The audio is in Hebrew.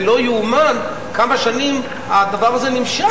זה לא ייאמן כמה שנים הדבר הזה נמשך.